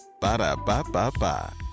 Ba-da-ba-ba-ba